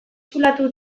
zulatu